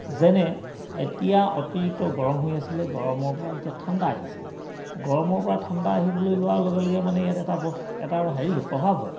যেনে এতিয়া অতিৰিক্ত গৰম হৈ আছিলে গৰমৰ পৰা এতিয়া ঠাণ্ডা আহিছে গৰমৰ পৰা ঠাণ্ডা আহিবলৈ লোৱাৰ লগে লগে মানে ইয়াত এটা বস্তু এটা হেৰি প্ৰভাৱ হয়